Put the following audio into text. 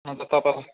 अन्त तपाईँलाई